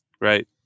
right